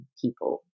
people